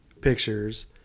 pictures